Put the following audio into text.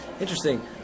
Interesting